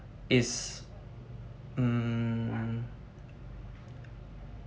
is um